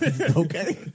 okay